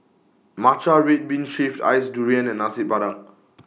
Matcha Red Bean Shaved Ice Durian and Nasi Padang